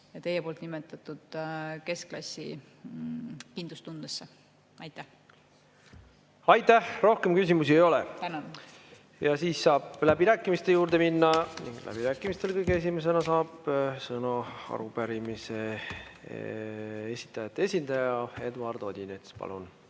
ka teie nimetatud keskklassi kindlustundesse. Aitäh! Rohkem küsimusi ei ole. Saame minna läbirääkimiste juurde. Läbirääkimistel saab kõige esimesena sõna arupärimise esitajate esindaja Eduard Odinets. Palun!